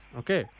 okay